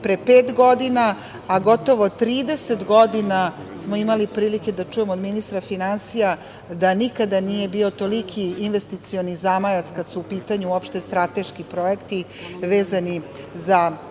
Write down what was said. pre pet godina, a gotovo 30 godina smo imali prilike da čujemo od ministra finansija da nikada nije bio toliki investicioni zamajac kada su u pitanju uopšte strateški projekti vezani za